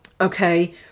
okay